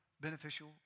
beneficial